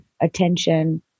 attention